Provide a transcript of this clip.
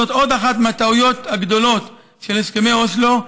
זאת עוד אחת מהטעויות הגדולות של הסכמי אוסלו,